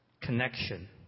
connection